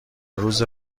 روز